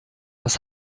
was